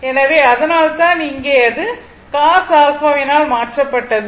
எனவே அதனால்தான் இங்கே இது cos α வினால் மாற்றப்பட்டது